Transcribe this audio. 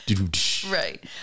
Right